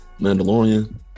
Mandalorian